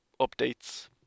updates